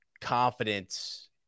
confidence